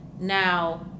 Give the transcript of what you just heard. Now